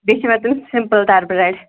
بیٚیہِ چھِ مےٚ تِم سِمپٕل تَر برٛیڈ